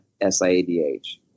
SIADH